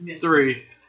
three